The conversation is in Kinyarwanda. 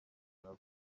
nawe